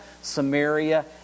Samaria